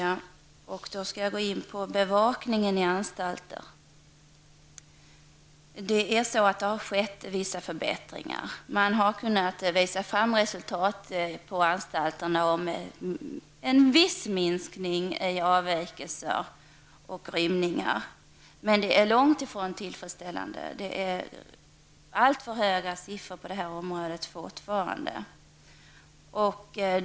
Så skall jag gå in på bevakning i anstalterna. Det har skett vissa förbättringar. Man har kunnat visa att en viss minskning av avvikelser och rymningar från anstalterna har skett, men det är långt ifrån tillfredsställande. Det är alltför höga siffror på det området fortfarande.